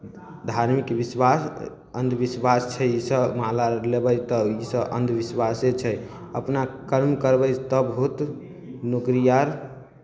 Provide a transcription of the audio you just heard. धार्मिक विश्वास अन्धविश्वास छै इसभ माला लेबै तऽ इसभ अन्धविश्वासे छै अपना कर्म करबै तब होत नौकरी आर